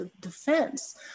defense